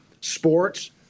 Sports